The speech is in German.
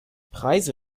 preise